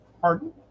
pardon